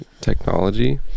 technology